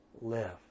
live